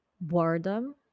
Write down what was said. boredom